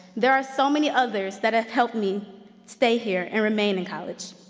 there are so many others that have helped me stay here and remain in college.